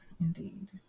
Indeed